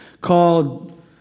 called